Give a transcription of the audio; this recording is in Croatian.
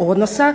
odnosa